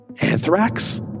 Anthrax